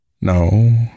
No